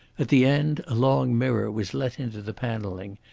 at the end a long mirror was let into the panelling,